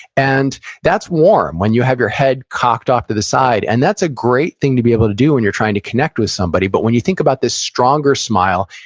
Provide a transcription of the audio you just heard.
and that's warm, when you have your head cocked off to the side. and that's a great thing to be able to do when you're trying to connect with somebody but, when you think about this stronger smile,